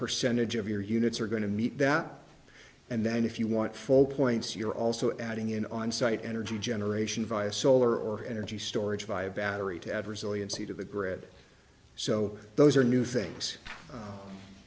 percentage of your units are going to meet that and then if you want full points you're also adding in on site energy generation via solar or energy storage via battery to add resiliency to the grid so those are new things